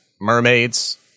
mermaids